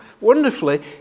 Wonderfully